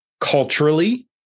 culturally